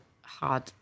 hard